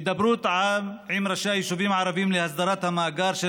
הידברות עם ראשי היישובים הערביים להסדרת המאגר של